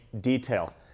detail